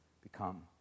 become